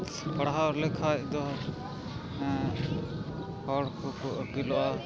ᱯᱟᱲᱦᱟᱣ ᱞᱮᱠᱷᱟᱡ ᱫᱚ ᱦᱚᱲ ᱠᱚᱠᱚ ᱟᱹᱠᱤᱞᱚᱜᱼᱟ